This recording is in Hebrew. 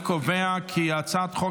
חברי הכנסת,